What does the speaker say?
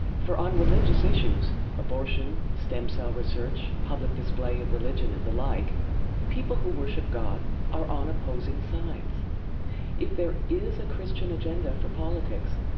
for on religious issues abortion, stem cell research, public display of religion, and the like people who worship god are on opposing sides if there is a christian agenda for politics,